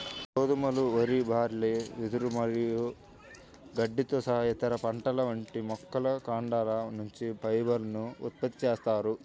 గోధుమలు, వరి, బార్లీ, వెదురు మరియు గడ్డితో సహా ఇతర పంటల వంటి మొక్కల కాండాల నుంచి ఫైబర్ ను ఉత్పత్తి చేస్తారు